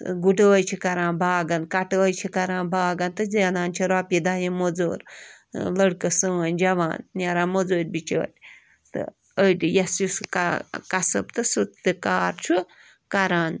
گُڑٲے چھِ کران باغَن کَٹٲے چھِ کران باغَن تہٕ زینان چھِ رۄپیہِ داہ یِم مٔزوٗر لٔڑکہٕ سٲنۍ جوان نیران مٔزوٗرۍ بِچٲرۍ تہٕ أڑۍ یَس یُس کا کَسَب تہٕ سُہ تہِ کار چھُ کَران